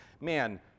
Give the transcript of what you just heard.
Man